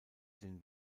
den